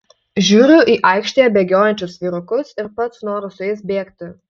žiūriu į aikštėje bėgiojančius vyrukus ir pats noriu su jais bėgti